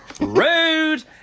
rude